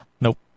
Nope